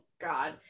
god